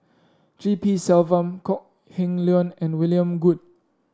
G P Selvam Kok Heng Leun and William Goode